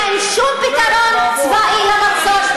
אין שום פתרון צבאי למצור,